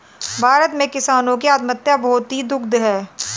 भारत में किसानों की आत्महत्या बहुत ही दुखद है